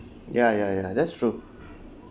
ya ya ya that's true